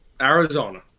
Arizona